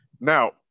now